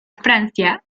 francia